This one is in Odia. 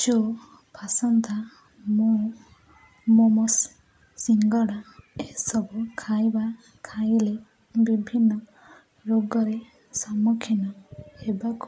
ଯୋଉ ମୁଁ ମୋମୋସ୍ ସିଙ୍ଗଡ଼ା ଏସବୁ ଖାଇବା ଖାଇଲେ ବିଭିନ୍ନ ରୋଗରେ ସମ୍ମୁଖୀନ ହେବାକୁ